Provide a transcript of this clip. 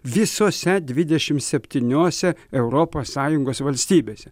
visose dvidešimt septyniose europos sąjungos valstybėse